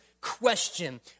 question